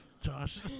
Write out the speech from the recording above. Josh